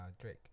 Drake